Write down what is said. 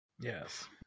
Yes